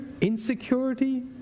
Insecurity